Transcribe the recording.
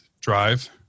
drive